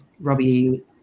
Robbie